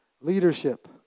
leadership